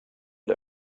der